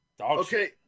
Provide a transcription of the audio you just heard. okay